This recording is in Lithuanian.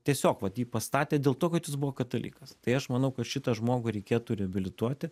tiesiog vat jį pastatė dėl to kad jis buvo katalikas tai aš manau kad šitą žmogų reikėtų reabilituoti